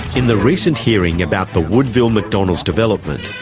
in the recent hearing about the woodville mcdonald's development,